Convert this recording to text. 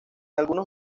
algunos